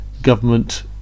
government